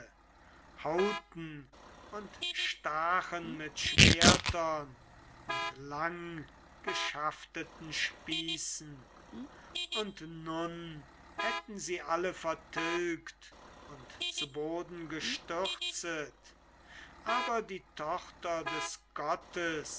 hauten und stachen mit schwertern und langgeschafteten spießen und nun hätten sie alle vertilgt und zu boden gestürzet aber die tochter des gottes